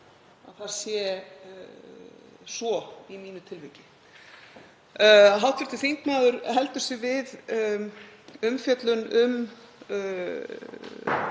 að það sé svo í mínu tilviki. Hv. þingmaður heldur sig við umfjöllun um